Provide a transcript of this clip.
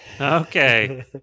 Okay